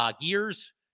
gears